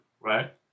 right